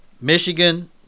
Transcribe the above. Michigan –